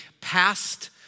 past